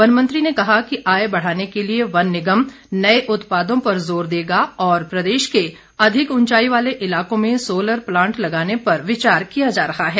one मंत्री ने कहा कि आय बढ़ाने के लिए वन निगम नए उत्पादों पर जोर देगा और प्रदेश के अधिक ऊंचाई वाले इलाकों में सोलर प्लांट लगाने पर विचार किया जा रहा है